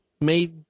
made